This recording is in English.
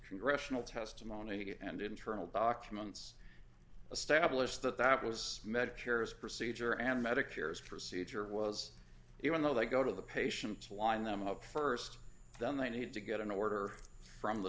congressional testimony and internal documents establish that that was medicare's procedure and medicare's procedure was even though they go to the patient to line them up st then they need to get an order from the